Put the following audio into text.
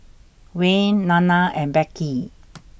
Wayne Nana and Becky